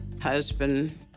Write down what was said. husband